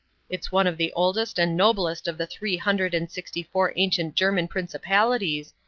it's one of the oldest and noblest of the three hundred and sixty-four ancient german principalities,